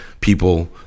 people